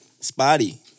Spotty